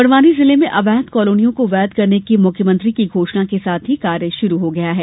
बडवानी जिले में अवैध कालोनियों को वैध करने की मुख्यमंत्री की घोषणा के साथ ही कार्य शुरू हो गया है